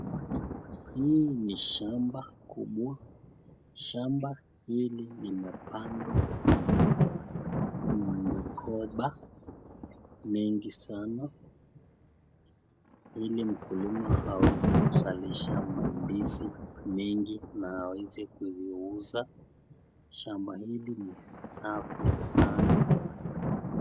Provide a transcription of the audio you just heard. Hii ni shamba kubwa. Shamba hili limepandwa migomba mingi sana ili mkulima aweze kuzalisha mazao mandizi mengi na aweze kuziuza. Shamba hili ni safi sana.